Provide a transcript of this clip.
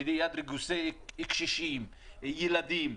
ליד ריכוזי קשישים וילדים,